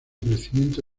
crecimiento